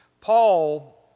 Paul